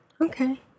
Okay